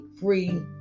free